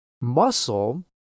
muscle